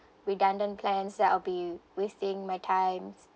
redundant plans that will be wasting my times